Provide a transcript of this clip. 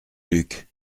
luc